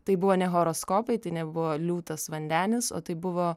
tai buvo ne horoskopai tai nebuvo liūtas vandenis o tai buvo